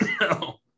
No